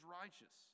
righteous